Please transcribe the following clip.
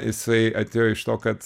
jisai atėjo iš to kad